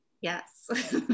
Yes